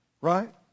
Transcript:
right